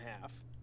half